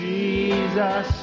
Jesus